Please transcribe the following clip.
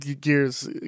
Gears